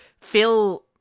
Phil